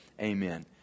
amen